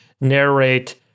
narrate